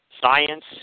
science